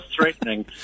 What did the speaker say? threatening